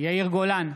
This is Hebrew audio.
יאיר גולן,